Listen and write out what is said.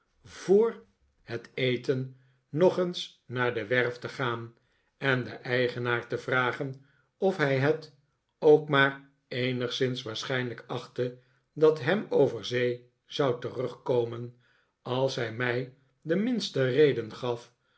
voor het eten nog eens naar de werf te gaan en den eigenaar te vragen of hij het ook maar eenigszins waarschijnlijk achtte dat ham over zee zou terugkomen als hij mij de minste reden gaf